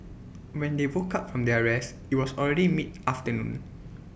when they woke up from their rest IT was already midafternoon